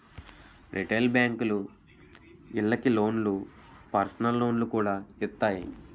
retail బేంకులు ఇళ్ళకి లోన్లు, పర్సనల్ లోన్లు కూడా ఇత్తాయి